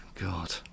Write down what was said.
God